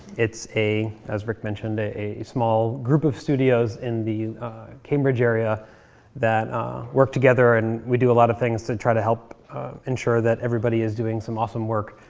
it's a, as rick mentioned, a a small group of studios in the cambridge area that work together, and we do a lot of things to try to help ensure that everybody is doing some awesome work